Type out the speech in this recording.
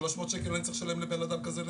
300 שקל אני צריך לשלם לבן אדם כזה ביום?